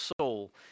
soul